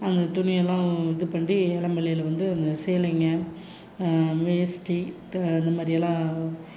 அங்கே துணியெல்லாம் இது பண்டி எலமல்லையில் வந்து அந்த சேலைங்க வேஸ்டி இது அது மாதிரி எல்லாம்